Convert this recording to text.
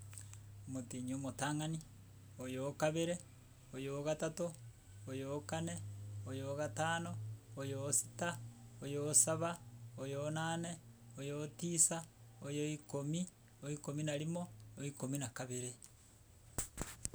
omotienyi omotang'ani, oyo okabere, oyo ogatano, oyo okane, oyo ogatano, oyo osita, oyo osaba, oyo onane, oyo otisa, oyo ikomi, oikomi na rimo, oikomi na kabare.